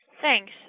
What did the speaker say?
Thanks